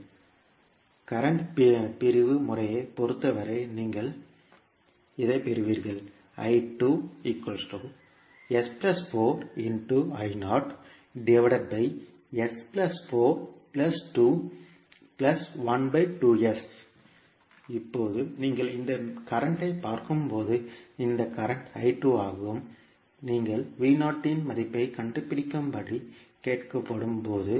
மின்சார பிரிவு முறையைப் பொறுத்தவரை நீங்கள் பெறுவீர்கள் இப்போது நீங்கள் இந்த மின்னோட்டத்தைப் பார்க்கும்போது இந்த மின்னோட்டம் I2 ஆகும் நீங்கள் இன் மதிப்பைக் கண்டுபிடிக்கும்படி கேட்கப்படும் போது